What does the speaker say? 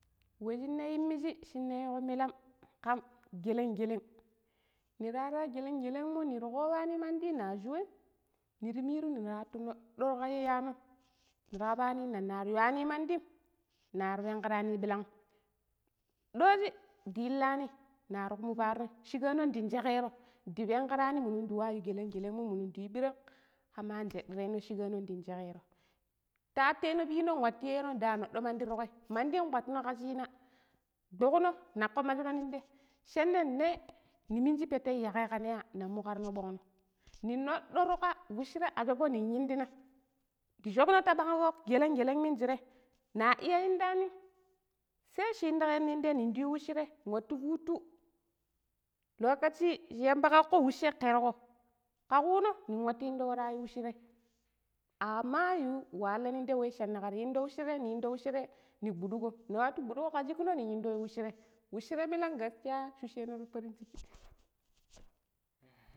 ﻿We shine yimiji shine yiko milam kam, geleng-geleng nirara geleng-geleng mo nira koopani mandi na shuwem, nirra miru nirati noddo tuka iyano nira kabani nannari ywani mandim nari penki rani bilang'm ɗoji da ilani nari kumu poarom shigano dang shekero nda penkirani minun duwa yu geleng-gelengmo minu ndu-yu birang kama anjidireno shigano dang shekero taa teno pino watu yeno da noɗo mandi tiƙƙai nda noddo mandi nkpattuno ka shina dukuno nako majjuno ninte shanne ne niminji pete yu yake kanneya namu karro bongno nin noddo tuka weshire a shobo ning yindinam, ndi shobono ta bang fok, geleng-geleng minjire na iya indanim sai shi indikeno ningte nin di yu washre watu futu lokoci shi yamba kakko washa kirko ka kuno ning watu inddo wara yu weshire amayu walla nin te shena kar ino weshere nii indo weshire ne guduko. nin wattu gudugo ks shikk ning weshire weshire ɓillam gaskiya shushano ti farin chikki.